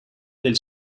del